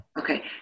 Okay